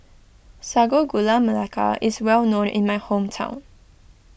Sago Gula Melaka is well known in my hometown